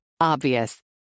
Obvious